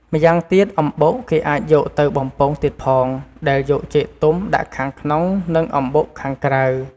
ម្យ៉ាងទៀតអំបុកគេអាចយកទៅបំពងទៀតផងដែលយកចេកទុំដាក់ខាងក្នុង និងអំបុកខាងក្រៅ។